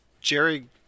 Jerry